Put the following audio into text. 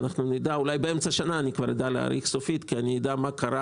אולי באמצע שנה אני אדע להעריך סופית מספר מדויק כי אני אדע מה קרה